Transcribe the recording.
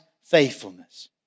faithfulness